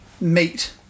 meet